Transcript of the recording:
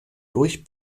durch